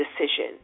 decision